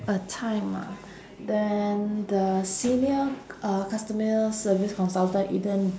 a time ah then the senior uh customer service consultant eden